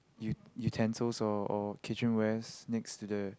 you you can south of or kitchen west next to the